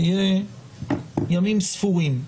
זה יהיה ימים ספורים.